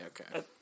Okay